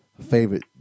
favorite